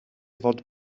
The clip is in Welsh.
fod